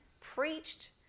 preached